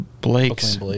Blake's